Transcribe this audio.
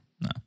No